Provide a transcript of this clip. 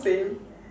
same